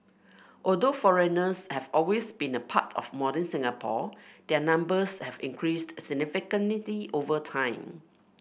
although foreigners have always been a part of modern Singapore their numbers have increased significantly over time